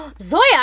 Zoya